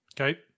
Okay